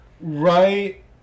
Right